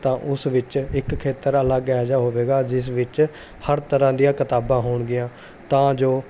ਤਾਂ ਉਸ ਵਿੱਚ ਇੱਕ ਖੇਤਰ ਅਲੱਗ ਐਹ ਜਿਹਾ ਹੋਵੇਗਾ ਜਿਸ ਵਿੱਚ ਹਰ ਤਰ੍ਹਾਂ ਦੀਆਂ ਕਿਤਾਬਾਂ ਹੋਣਗੀਆਂ ਤਾਂ ਜੋ